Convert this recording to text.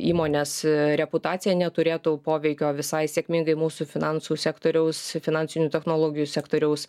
įmonės reputacija neturėtų poveikio visai sėkmingai mūsų finansų sektoriaus finansinių technologijų sektoriaus